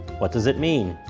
what does it mean?